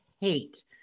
hate